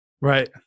Right